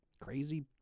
crazy